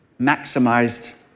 maximized